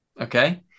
Okay